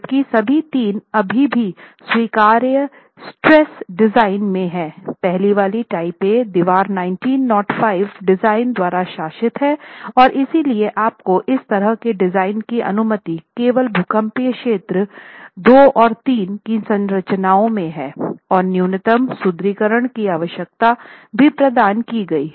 जबकि सभी तीन अभी भी स्वीकार्य स्ट्रेस्सेस डिजाइन में हैं पहली वाली टाइप A दीवार 1905 डिज़ाइन द्वारा शासित है और इसलिए आपको इस तरह के डिज़ाइन की अनुमति केवल भूकंपीय क्षेत्र II और III की संरचनाएं में हैं और न्यूनतम सुदृढीकरण की आवश्यकता भी प्रदान की गई हैं